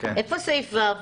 איפה סעיף (ו)?